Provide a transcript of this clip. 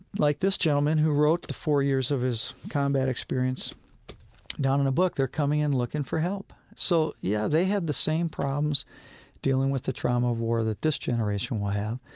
like this gentlemen who wrote four years of his combat experience down in a book. they're coming and looking for help. so, yeah, they had the same problems dealing with the trauma of war that this generation will have.